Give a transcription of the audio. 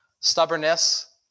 Stubbornness